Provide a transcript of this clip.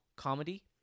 comedy